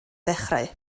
dechrau